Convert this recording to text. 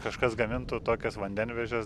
kažkas gamintų tokias vandenvežes